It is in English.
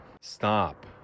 Stop